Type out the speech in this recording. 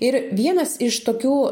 ir vienas iš tokių